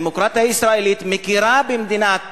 הדמוקרטיה הישראלית מכירה במדינת